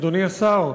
אדוני השר,